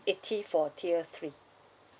eighty for tier three